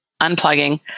unplugging